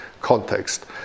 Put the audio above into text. context